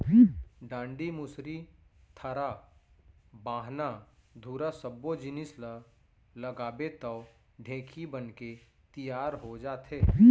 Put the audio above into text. डांड़ी, मुसरी, थरा, बाहना, धुरा सब्बो जिनिस ल लगाबे तौ ढेंकी बनके तियार हो जाथे